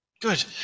good